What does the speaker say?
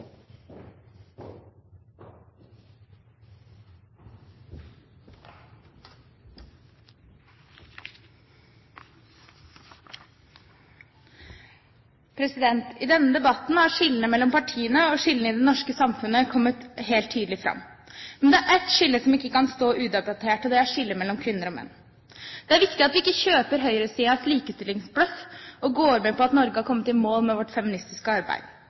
politikerne. I denne debatten har skillene mellom partiene og skillene i det norske samfunnet kommet helt tydelig fram. Men det er ett skille som ikke kan stå udebattert, og det er skillet mellom kvinner og menn. Det er viktig at vi ikke kjøper høyresidens likestillingsbløff og går med på at vi i Norge har kommet i mål med vårt feministiske arbeid.